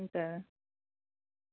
हुन्छ